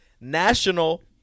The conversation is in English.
national